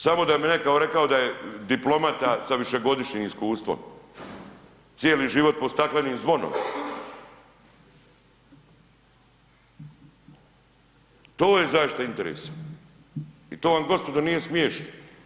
Samo da bi netko rekao da je diplomata sa višegodišnjim iskustvom, cijeli život pod staklenim zvonom, to je zaštita interesa i to vam gospodo nije smješno.